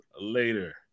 later